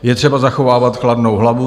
Je třeba zachovávat chladnou hlavu.